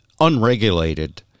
unregulated